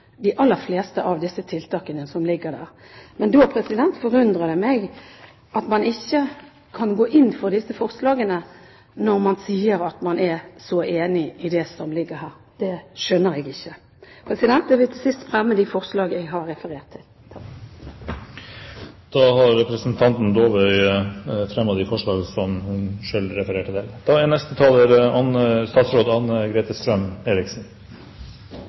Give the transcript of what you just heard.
de aller fleste av de tiltakene som foreligger. Men det forundrer meg at man ikke kan gå inn for disse forslagene, når man altså sier at man er så enig i det som foreligger. Det skjønner jeg ikke. Jeg vil til sist fremme Kristelig Folkepartis forslag i innstillingen. Representanten Laila Dåvøy har tatt opp det forslaget hun refererte til. Å få møte døden i trygge omgivelser er